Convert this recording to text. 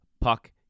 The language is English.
puck